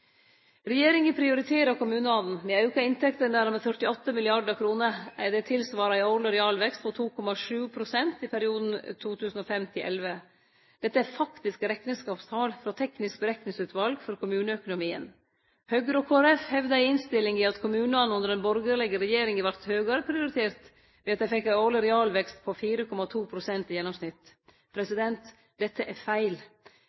Regjeringa prioriterer kommunane. Vi har auka inntektene deira med 48 mrd. kr. Det svarar til ein årleg realvekst på 2,7 pst. i perioden 2005–2011. Dette er faktiske rekneskapstal frå Det tekniske berekningsutvalet for kommunal og fylkeskommunal økonomi. Høgre og Kristeleg Folkeparti hevdar i innstillinga at kommunane under den borgarlege regjeringa vart høgare prioritert, ved at dei fekk ein årleg realvekst på 4,2 pst. i gjennomsnitt. Dette er feil.